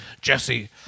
Jesse